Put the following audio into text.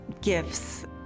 gifts